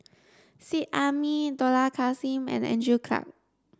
Seet Ai Mee Dollah Kassim and Andrew Clarke